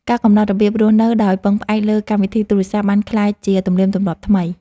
ការកំណត់របៀបរស់នៅដោយពឹងផ្អែកលើកម្មវិធីទូរសព្ទ បានក្លាយជាទំនៀមទម្លាប់ថ្មី។